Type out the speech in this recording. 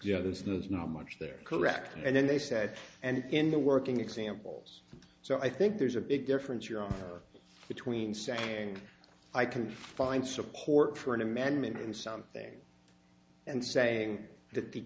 yeah there's not much there correct and then they said and in the working examples so i think there's a big difference you're between saying i can find support for an amendment on something and saying that the